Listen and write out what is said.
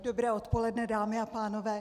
Dobré odpoledne, dámy a pánové.